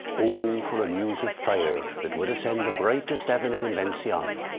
oh for a muse of fire that would ascend the brightest heaven of invention!